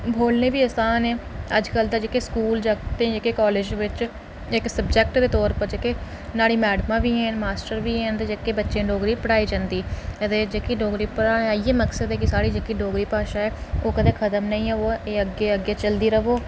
बोलने गी बी आसान ऐ अज्जकल ते स्कूल जैं कॉलेज बिच इक्क सब्जैक्ट दे तौर उप्पर नाहड़े मैडमां बी हैन मास्टर बी हैन ते जेह्की डोगरी पढ़ाई जंदी डोगरी पढ़ाने दा इ'यै मक्सद ऐ जे ओह् कदै खत्म नेईं होवै एह् अग्गै चलदी रवै